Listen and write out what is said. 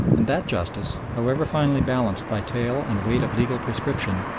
and that justice, however finely balanced by tale and weight of legal prescription,